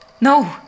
No